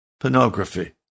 pornography